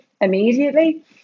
immediately